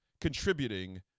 contributing